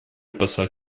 посла